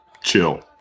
chill